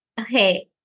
okay